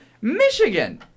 Michigan